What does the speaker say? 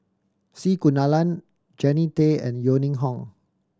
C Kunalan Jannie Tay and Yeo Ning Hong